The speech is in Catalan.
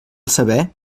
saber